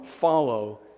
follow